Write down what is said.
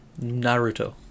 Naruto